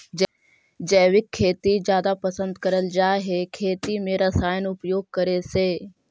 जैविक खेती जादा पसंद करल जा हे खेती में रसायन उपयोग करे से